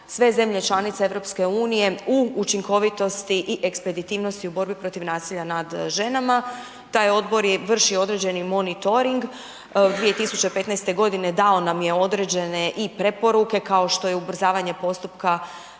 sve zemlje članice EU u učinkovitosti i ekspeditivnosti u borbi protiv nasilja nad ženama. Taj odbor je vršio određeni monitoring. 2015. dao nam je određene i preporuke, kao što je ubrzavanja postupka